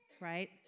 right